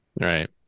Right